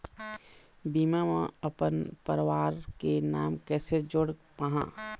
बीमा म अपन परवार के नाम कैसे जोड़ पाहां?